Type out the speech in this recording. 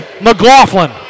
McLaughlin